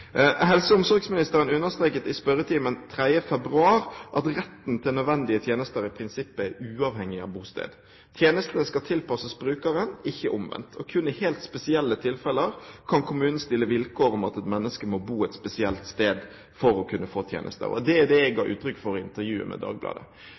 Helse- og omsorgsministeren understreket i spørretimen 3. februar: «Retten til nødvendige tjenester i prinsippet er uavhengig av bosted.» Tjenesten skal tilpasses brukeren, ikke omvendt. Kun i helt spesielle tilfeller kan kommunen stille vilkår om at et menneske må bo et spesielt sted for å kunne få tjenester. Det er dette jeg ga